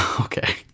Okay